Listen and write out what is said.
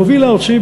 המוביל הארצי,